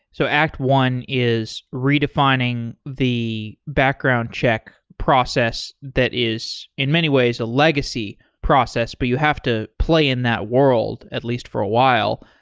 so act i is redefining the background check process, that is in many ways a legacy process, but you have to play in that world, at least for a while.